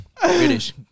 British